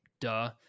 Duh